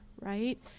right